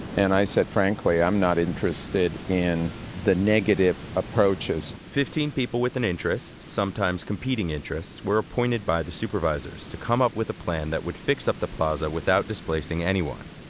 and i said, frankly, i'm not interested in the negative approaches. fifteen people with an interest, sometimes competing interests, were appointed by the supervisors to come up with a plan that would fix up the plaza without displacing anyone.